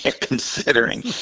Considering